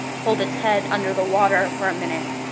hold its head under the water for a minute.